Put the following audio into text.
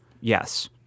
Yes